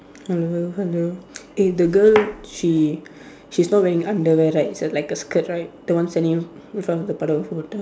hello hello hello eh the girl she she's not wearing underwear right it's like a skirt right the one standing in front of the puddle of water